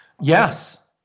Yes